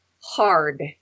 hard